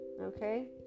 okay